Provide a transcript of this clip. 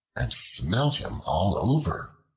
and smelt him all over,